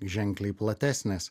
ženkliai platesnės